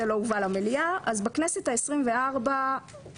זה לא הובא למליאה אז בכנסת ה-24 הוקמה